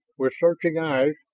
with searching eyes,